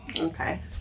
okay